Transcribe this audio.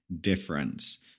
difference